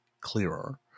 clearer